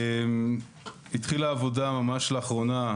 התחילה עבודה ממש לאחרונה,